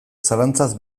zalantzaz